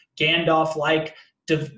gandalf-like